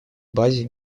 базе